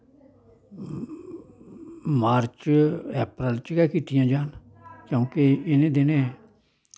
मार्च अप्रैल च गै कीतियां जान क्योंकि इ'नें दिनें